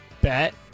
bet